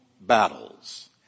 battles